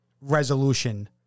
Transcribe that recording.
resolution